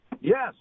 Yes